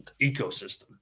ecosystem